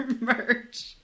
merch